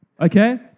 okay